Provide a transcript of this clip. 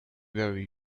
very